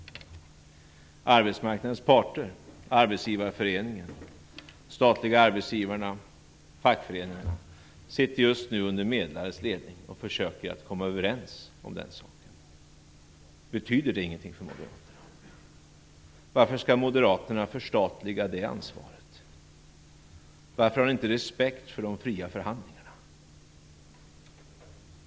Arbetsmarknadens parter, Arbetsgivareföreningen, de statliga arbetsgivarna, fackföreningarna sitter just nu och under medlarens ledning försöker komma överens om den saken. Betyder det ingenting för Moderaterna? Varför skall Moderaterna förstatliga det ansvaret? Varför har de inte respekt för de fria förhandlingarna?